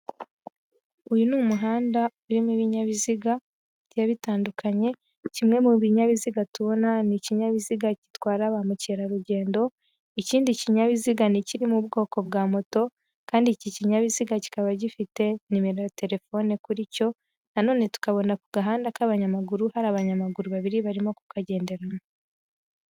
Uyu ni umuhanda urimo ibinyabiziga bigiye bitandukanye, kimwe mu binyabiziga tubona ni ikinyabiziga gitwara ba mukerarugendo, ikindi kinyabiziga ni ikiri mu mu ubwoko bwa moto kandi iki kinyabiziga kikaba, gifite nimero ya telefone kuri cyo, nanone tukabona ku gahanda k'abanyamaguru hari abanyamaguru babiri barimo kukagendemo.